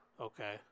Okay